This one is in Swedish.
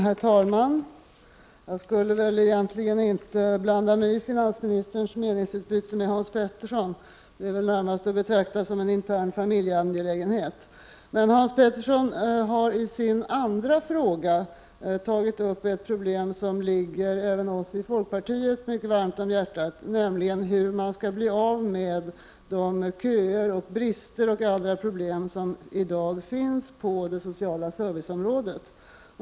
Herr talman! Jag skulle väl egentligen inte blanda mig i finansministerns meningsutbyte med Hans Petersson, eftersom det nästan är att betrakta som en intern familjeangelägenhet. Men Hans Petersson har i sin andra fråga tagit upp ett problem som ligger även oss i folkpartiet mycket varmt om hjärtat, nämligen hur man skall bli av med de köer, brister och andra problem som i dag finns på det sociala serviceområdet.